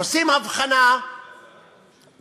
עושים הבחנה בין,